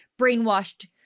brainwashed